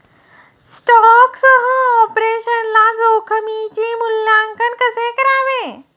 स्टॉकसह ऑपरेशनल जोखमीचे मूल्यांकन कसे करावे?